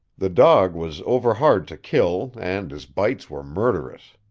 the dog was overhard to kill, and his bites were murderous.